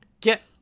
Get